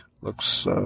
looks